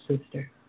sister